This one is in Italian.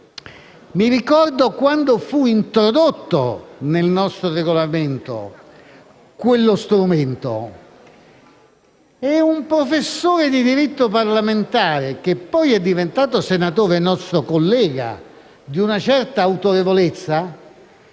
lunga, da quando fu introdotto nel nostro Regolamento questo strumento. Un professore di diritto parlamentare, che poi è diventato senatore e nostro collega, di una certa autorevolezza,